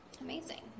Amazing